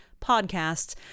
podcasts